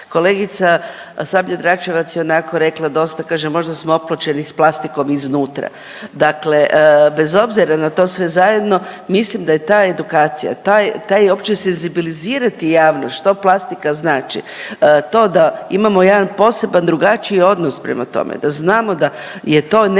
Kolegica Sabljar-Dračevac je onako rekla dosta, kaže, možda smo opločeni s plastikom iznutra. Dakle, bez obzira na to sve zajedno mislim da je ta edukacija, taj, taj uopće senzibilizirati javnost što plastika znači, to da imamo jedan poseban, drugačiji odnos prema tome, da znamo da je to nešto